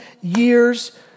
years